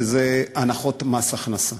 הנחות מס הכנסה.